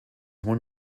one